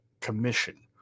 Commission